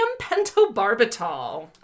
pentobarbital